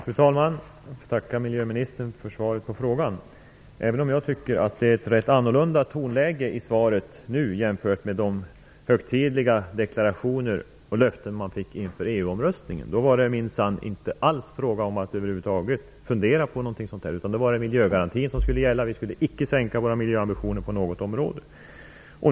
Fru talman! Jag får tacka miljöministern för svaret, även om jag tycker att det är rätt annorlunda tonläge i svaret jämfört med de högtidliga löften och deklarationer som gavs inför EU-omröstningen. Då var det minsann inte alls fråga om att över huvud taget fundera på något sådant här. Då skulle miljögarantin gälla. Vi skulle inte behöva sänka våra miljöambitioner på något område.